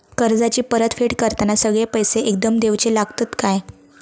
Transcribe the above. कर्जाची परत फेड करताना सगळे पैसे एकदम देवचे लागतत काय?